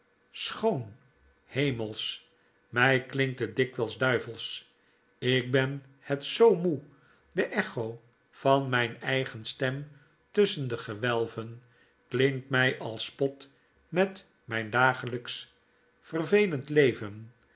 schoon hemelsch my klinkt het dikwyls duivelsch ik ben het zoo moe de echo van mp eigen stem tusschen de gewelven klinkt my als spot met mijn dageljjksch vervelend leven